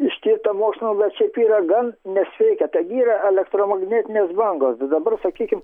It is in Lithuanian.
ištirta mokslo bet šiaip yra gan nesveika taigi yra elektromagnetinės bangos dabar sakykim